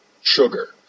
sugar